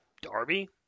Darby